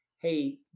hey